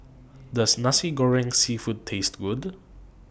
Does Nasi Goreng Seafood Taste Good